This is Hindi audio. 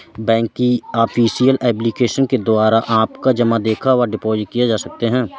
बैंक की ऑफिशियल एप्लीकेशन के द्वारा अपनी जमा को देखा व डिपॉजिट किए जा सकते हैं